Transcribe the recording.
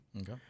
Okay